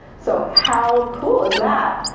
so how cool is that?